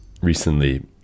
recently